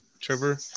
Trevor